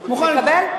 מקבל?